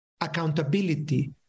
accountability